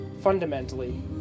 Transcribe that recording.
Fundamentally